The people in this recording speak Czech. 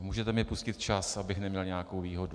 Můžete mi pustit čas, abych neměl nějakou výhodu.